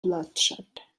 bloodshed